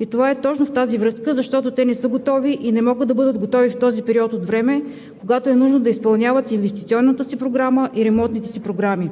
И това е точно в тази връзка, защото те не са готови и не могат да бъдат готови в този период от време, когато е нужно да изпълняват инвестиционната си програма и ремонтните си програми.